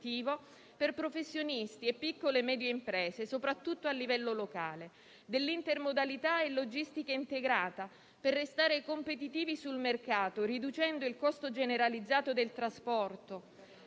per professionisti e piccole medie e imprese, soprattutto a livello locale, dell'intermodalità e logistica integrata, per restare competitivi sul mercato riducendo il costo generalizzato del trasporto,